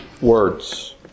words